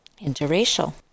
interracial